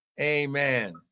Amen